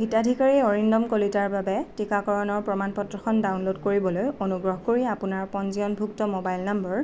হিতাধিকাৰী অৰিন্দম কলিতাৰ বাবে টিকাকৰণৰ প্ৰমাণ পত্ৰখন ডাউনলোড কৰিবলৈ অনুগ্ৰহ কৰি আপোনাৰ পঞ্জীয়নভুক্ত মোবাইল নম্বৰ